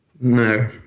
No